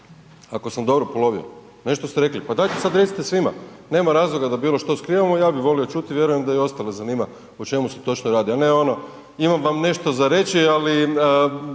ako sam dobro polovio, nešto ste rekli, pa dajte sad recite svima, nema razloga da bilo što skrivamo, ja bi volio čuti, vjerujem da i ostale zanima o čemu se točno radi, a ne ono imam vam nešto za reći, ali